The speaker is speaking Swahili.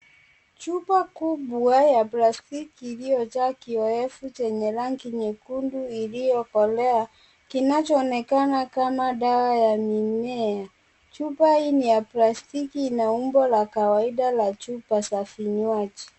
Chupa kubwa ya plastiki iliyojaa kioevu chenye rangi nyekundu iliyokolea kinachoonekana kama dawa ya mimea. Chupa hii ni ya plastiki ina umbo la kawaida la chupa za vinywaji.